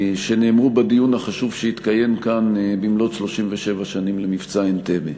שנאמרו בדיון החשוב שהתקיים כאן במלאות 37 שנים ל"מבצע אנטבה",